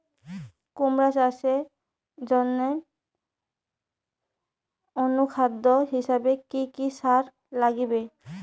কুমড়া চাষের জইন্যে অনুখাদ্য হিসাবে কি কি সার লাগিবে?